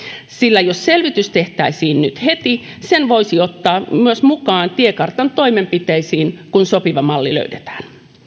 sillä jos selvitys tehtäisiin nyt heti sen voisi ottaa myös mukaan tiekartan toimenpiteisiin kun sopiva malli löydetään